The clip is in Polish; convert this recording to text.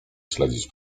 śledzić